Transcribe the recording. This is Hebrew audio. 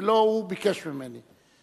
ולא הוא ביקש ממני.